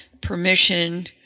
permission